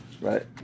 Right